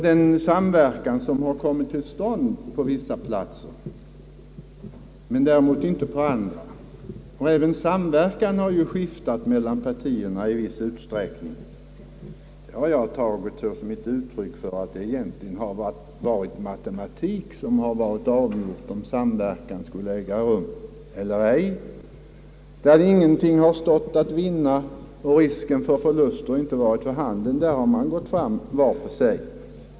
Den samverkan som har kommit till stånd på vissa platser, men inte på andra, och som omfattat skiftande partikombinationer tyder enligt min mening på att matematiken har fått avgöra, om samverkan skulle äga rum eller ej. Där ingenting har stått att vinna och risken för förluster inte varit förhanden, har man gått fram var för sig.